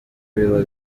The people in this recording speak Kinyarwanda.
biba